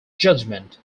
judgment